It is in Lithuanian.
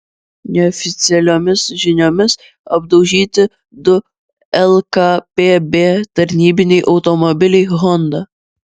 neoficialiomis žiniomis apdaužyti du lkpb tarnybiniai automobiliai honda